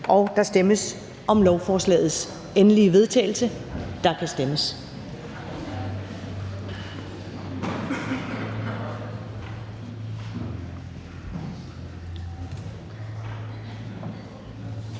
Der stemmes om lovforslagets endelige vedtagelse, og der kan stemmes.